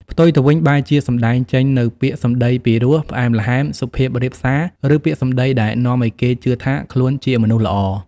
ផ្ទុយទៅវិញ បែរជាសម្ដែងចេញនូវពាក្យសម្ដីពីរោះ ផ្អែមល្ហែម សុភាពរាបសារ ឬពាក្យសម្ដីដែលនាំឱ្យគេជឿថាខ្លួនជាមនុស្សល្អ។